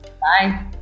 Bye